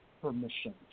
permission